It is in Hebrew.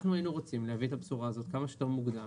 אנחנו היינו רוצים להביא את הבשורה הזאת כמה שיותר מוקדם,